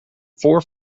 four